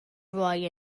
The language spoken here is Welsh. roi